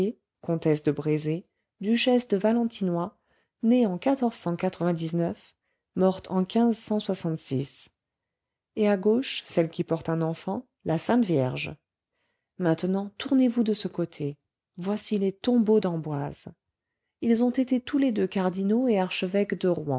comtesse de brézé duchesse de valentinois née en morte en et à gauche celle qui porte un enfant la sainte vierge maintenant tournez-vous de ce côté voici les tombeaux d'amboise ils ont été tous les deux cardinaux et archevêques de